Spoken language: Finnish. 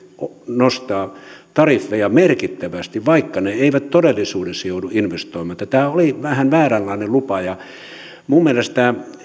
nostaa tariffeja merkittävästi vaikka ne eivät todellisuudessa joudu investoimaan niin että tämä oli vähän vääränlainen lupa minun mielestäni